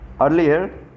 Earlier